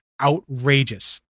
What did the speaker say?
outrageous